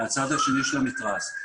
מהצד השני של המתרס.